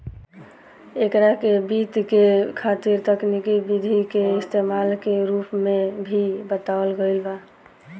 एकरा के वित्त के खातिर तकनिकी विधि के इस्तमाल के रूप में भी बतावल गईल बा